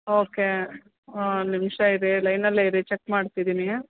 okay ಒನ್ನಿಂಷ ಇರಿ ಲೈನಲ್ಲೇ ಇರಿ ಚೆಕ್ ಮಾಡ್ತಿದ್ದೀನಿ